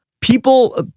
People